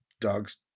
Dog's